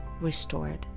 restored